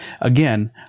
Again